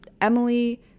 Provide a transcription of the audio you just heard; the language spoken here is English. Emily